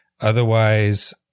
Otherwise